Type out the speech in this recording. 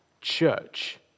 church